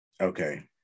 Okay